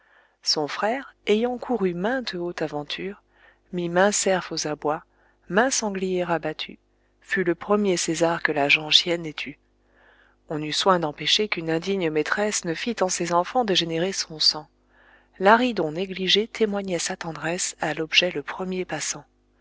son frère ayant couru mainte haute aventure mit maint cerf aux abois maint sanglier abattu fut le premier césar que la gent chienne ait eu on eut soin d'empêcher qu'une indigne maîtresse ne fît en ses enfants dégénérer son sang laridon négligé témoignait sa tendresse à l'objet le premier passant